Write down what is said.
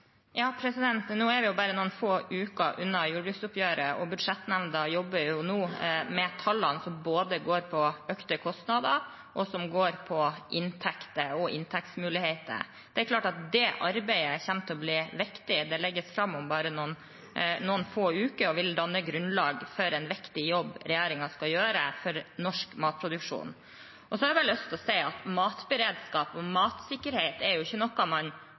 Vi er bare noen få uker unna jordbruksoppgjøret, og budsjettnemnda jobber nå med tallene, som går på både økte kostnader, inntekter og inntektsmuligheter. Det er klart at det arbeidet kommer til å bli viktig. Det legges fram om bare noen få uker og vil danne grunnlaget for en viktig jobb regjeringen skal gjøre for norsk matproduksjon. Så har jeg bare lyst til å si at matberedskap og matsikkerhet ikke er noe man plutselig kommer på, det er noe man